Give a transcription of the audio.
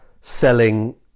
selling